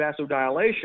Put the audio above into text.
vasodilation